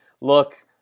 look